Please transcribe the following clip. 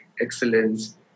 excellence